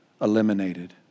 eliminated